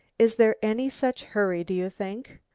is there any such hurry, do you think?